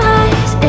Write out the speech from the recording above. eyes